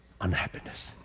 unhappiness